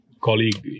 colleague